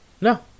No